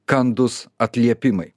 kandūs atliepimai